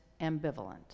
ambivalent